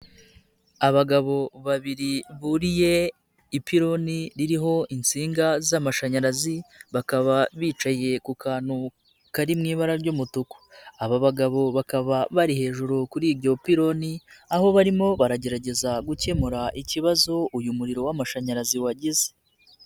Abagabo babiri buriye ipironi ririho insinga z'amashanyarazi, bakaba bicaye ku kantu kari mu ibara ry'umutuku. Aba bagabo bakaba bari hejuru kuri ibyo piloni ,aho barimo baragerageza gukemura ikibazo uyu muriro w'amashanyarazi wagize.